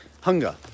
Hunger